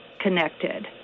connected